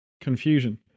confusion